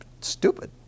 stupid